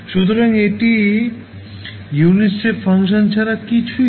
সুতরাং এটি unit step function ছাড়া কিছুই নয়